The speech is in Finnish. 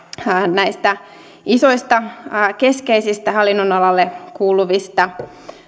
näistä isoista keskeisistä hallinnonalalle kuuluvista